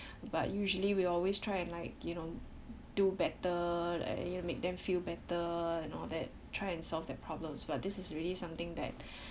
but usually we always try and like you know do better like you make them feel better and all that try and solve their problems but this is really something that